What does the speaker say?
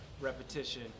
repetition